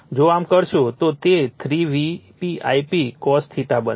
જો આમ કરશો તો તે 3 Vp Ip cos બનશે